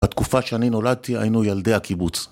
התקופה שאני נולדתי היינו ילדי הקיבוץ.